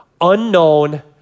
unknown